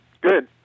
Good